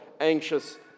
Anxious